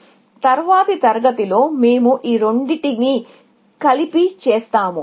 కాబట్టి తరువాతి తరగతిలో మేము ఈ రెండింటినీ కలిపి చేస్తాము